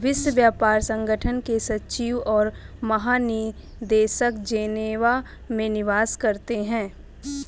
विश्व व्यापार संगठन के सचिव और महानिदेशक जेनेवा में निवास करते हैं